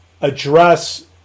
address